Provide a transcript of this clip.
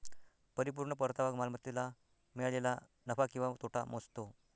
परिपूर्ण परतावा मालमत्तेला मिळालेला नफा किंवा तोटा मोजतो